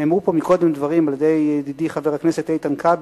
נאמרו פה קודם דברים על-ידי ידידי חבר הכנסת איתן כבל,